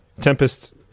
tempest